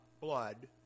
blood